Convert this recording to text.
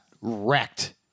wrecked